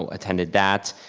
attended that,